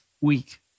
week